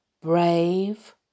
brave